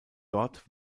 dort